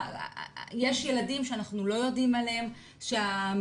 יש ילדים שאנחנו לא יודעים עליהם והמצוקות